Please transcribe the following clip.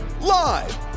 live